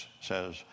says